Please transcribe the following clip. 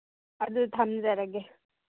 ꯑꯗꯨ ꯊꯝꯖꯔꯒꯦ